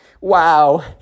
wow